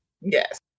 yes